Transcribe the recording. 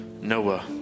Noah